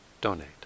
donate